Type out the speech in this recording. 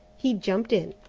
he jumped in.